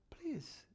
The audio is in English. Please